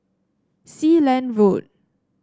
Sealand Road